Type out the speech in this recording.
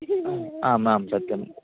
आम् आम् सत्यम्